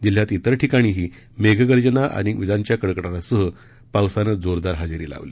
जिल्ह्यात इतर ठिकाणीही मेघगर्जना आणि विजांच्या कडकडाटासह पावसानं जोरदार हजेरी लावली